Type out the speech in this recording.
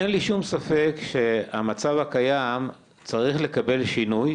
אין לי שום ספק, שהמצב הקיים צריך לקבל שינוי,